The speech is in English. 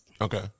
Okay